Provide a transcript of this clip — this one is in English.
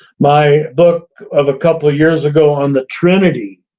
my book of a couple years ago on the trinity,